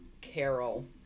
Carol